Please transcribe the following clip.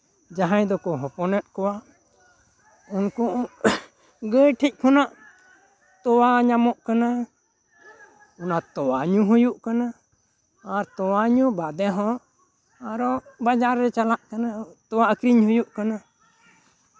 ᱡᱟᱦᱟᱸᱭ ᱫᱚᱠᱚ ᱦᱚᱯᱚᱱᱮᱜ ᱠᱚᱣᱟ ᱩᱱᱠᱩ ᱜᱟᱹᱭ ᱴᱷᱮᱱ ᱠᱷᱚᱱᱟᱜ ᱛᱳᱣᱟ ᱧᱟᱢᱚᱜ ᱠᱟᱱᱟ ᱚᱱᱟ ᱛᱳᱣᱟ ᱧᱩ ᱦᱩᱭᱩᱜ ᱠᱟᱱᱟ ᱟᱨ ᱛᱳᱣᱟ ᱧᱩ ᱵᱟᱫᱮ ᱦᱚᱸ ᱟᱨᱚ ᱵᱟᱡᱟᱨ ᱨᱮ ᱪᱟᱞᱟᱜ ᱠᱟᱱᱟ ᱛᱳᱣᱟ ᱟᱠᱷᱨᱤᱧ ᱦᱩᱭᱩᱜ ᱠᱟᱱᱟ